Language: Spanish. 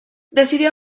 decidió